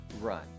run